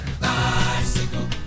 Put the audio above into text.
Bicycle